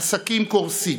עסקים קורסים,